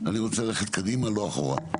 אני רוצה ללכת קדימה, לא אחורה.